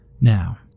now